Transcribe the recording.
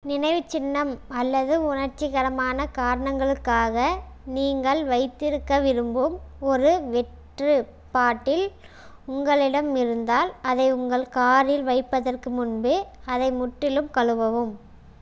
நினைவுச்சின்னம் அல்லது உணர்ச்சிகரமான காரணங்களுக்காக நீங்கள் வைத்திருக்க விரும்பும் ஒரு வெற்று பாட்டில் உங்களிடம் இருந்தால் அதை உங்கள் காரில் வைப்பதற்கு முன்பு அதை முற்றிலும் கழுவவும்